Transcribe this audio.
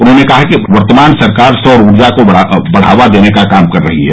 उन्होंने कहा कि वर्तमान सरकार सौर ऊर्जा को बढ़ावा देने का काम कर रही है